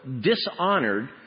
dishonored